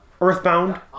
Earthbound